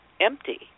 empty